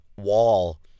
wall